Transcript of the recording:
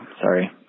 sorry